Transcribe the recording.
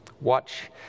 Watch